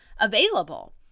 available